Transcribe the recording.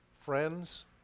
friends